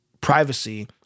privacy